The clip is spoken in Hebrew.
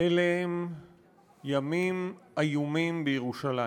אלה הם ימים איומים בירושלים,